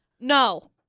No